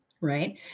Right